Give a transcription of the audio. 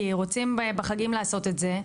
כי רוצים בחגים לעשות את זה.